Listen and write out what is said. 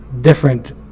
different